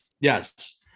Yes